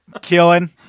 killing